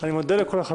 נתקבלה.